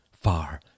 far